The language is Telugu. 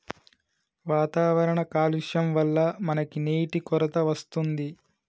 వాతావరణ కాలుష్యం వళ్ల మనకి నీటి కొరత వస్తుంది